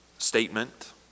Statement